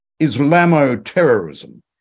Islamo-terrorism